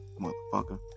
Motherfucker